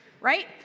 right